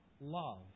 love